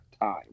time